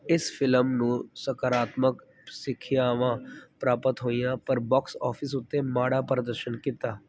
ਇਸ ਫਿਲਮ ਨੂੰ ਸਕਾਰਾਤਮਕ ਸਿੱਖਿਆਵਾਂ ਪ੍ਰਾਪਤ ਹੋਈਆਂ ਪਰ ਬੋਕਸ ਔਫਿਸ ਉੱਤੇ ਮਾੜਾ ਪ੍ਰਦਰਸ਼ਨ ਕੀਤਾ